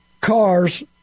cars